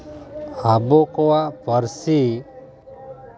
ᱟᱵᱚ ᱠᱚᱣᱟᱜ ᱯᱟᱹᱨᱥᱤ